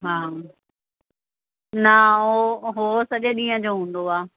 हा न उहो उहो सॼे ॾींहं जो हूंदो आहे